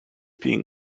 things